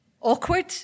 Awkward